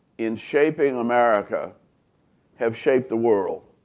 in shaping america have shaped the world.